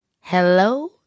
Hello